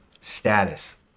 Status